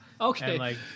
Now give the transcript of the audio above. Okay